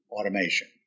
Automation